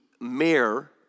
mayor